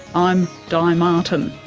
i'm di martin